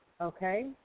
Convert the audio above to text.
Okay